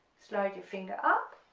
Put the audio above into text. slide your finger up,